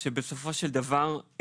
בסופו של דבר,